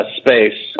space